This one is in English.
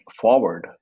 forward